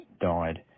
died